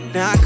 Now